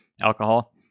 alcohol